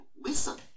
listen